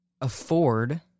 afford